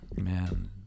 man